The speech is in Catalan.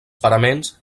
paraments